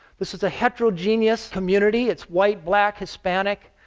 this is a heterogeneous community. it's white, black, hispanic,